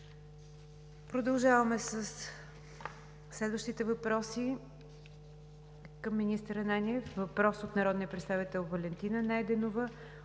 Продължаваме със следващите въпроси към министър Ананиев. Въпрос от народния представител Валентина Найденова